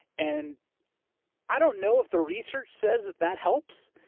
and i don't know if the research says that that helps,